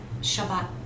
Shabbat